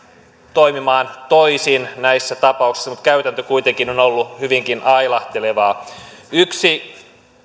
toimimaan toisin näissä tapauksissa mutta käytäntö kuitenkin on ollut hyvinkin ailahtelevaa yksi